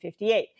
1958